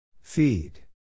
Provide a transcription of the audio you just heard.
Feed